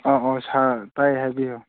ꯑꯣ ꯑꯣ ꯁꯥꯔ ꯇꯥꯏ ꯍꯥꯏꯕꯤꯌꯨ